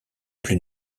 plus